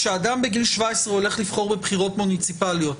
כשאדם בגיל 17 הולך לבחור בבחירות מוניציפליות,